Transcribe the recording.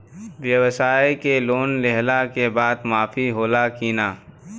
ब्यवसाय के लोन लेहला के बाद माफ़ होला की ना?